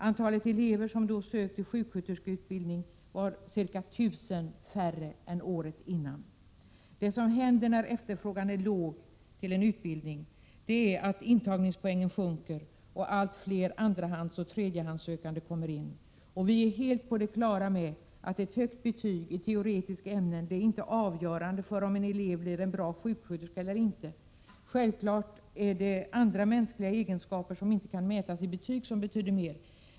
Antalet elever som då sökte till sjuksköterskeutbildning var ca 1 000 mindre än året innan. Det som händer när efterfrågan på en utbildning är låg är att intagningspoängen sjunker och allt fler andrahandsoch tredjehandssökande kommer in. Det är helt klart att ett högt betyg i teoretiska ämnen inte är avgörande för om en elev blir en bra sjuksköterska eller inte. Det är självfallet andra mänskliga egenskaper, som inte kan mätas i betyg, som betyder mer.